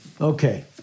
Okay